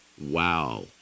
Wow